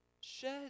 shed